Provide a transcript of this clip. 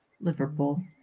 Liverpool